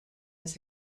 his